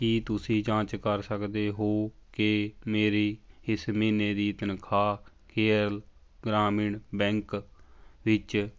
ਕੀ ਤੁਸੀਂਂ ਜਾਂਚ ਕਰ ਸਕਦੇ ਹੋ ਕਿ ਮੇਰੀ ਇਸ ਮਹੀਨੇ ਦੀ ਤਨਖਾਹ ਕੇਰਲ ਗ੍ਰਾਮੀਣ ਬੈਂਕ ਵਿੱਚ